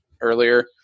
Earlier